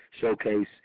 showcase